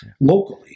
locally